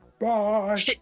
Bye